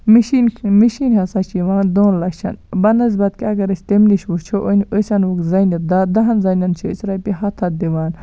machine machine ہسا چھِ یِوان دۄن لَچھَن بَہ نِسبتہِ کہِ اَگر أسۍ تَمہِ نِش وُچھو أسۍ اَنووٚکھ زانہِ دہ دَہن زَنین چھِ أسۍ رۄپیہِ ہَتھ ہَتھ دِوان